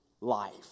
life